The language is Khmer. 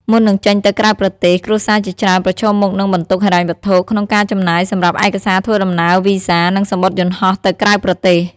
មុននឹងចេញទៅក្រៅប្រទេស គ្រួសារជាច្រើនប្រឈមមុខនឹងបន្ទុកហិរញ្ញវត្ថុ ក្នុងការចំណាយសម្រាប់ឯកសារធ្វើដំណើរ វីសា និងសំបុត្រយន្តហោះទៅក្រៅប្រទេស។